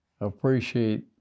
appreciate